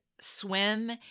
swim